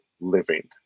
living